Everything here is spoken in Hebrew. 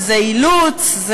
זה אילוץ.